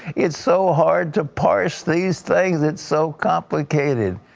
it's so hard to parse these things. it's so complicated.